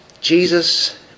Jesus